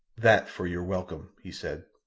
that for your welcome, he said.